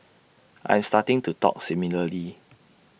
I am starting to talk similarly